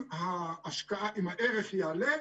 אם הערך היעלה,